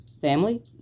family